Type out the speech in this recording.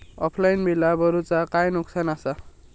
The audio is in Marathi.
ऑफलाइन बिला भरूचा काय नुकसान आसा?